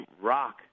rock